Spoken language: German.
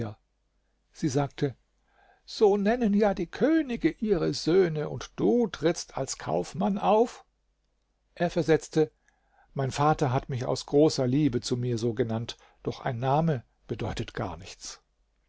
sie sagte so nennen ja die könige ihre söhne und du trittst als kaufmann auf er versetzte mein vater hat mich aus großer liebe zu mir so genannt doch ein name bedeutet gar nichts